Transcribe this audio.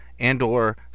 And/or